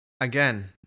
again